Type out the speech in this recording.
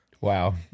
Wow